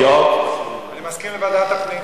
אני מסכים לוועדת הפנים.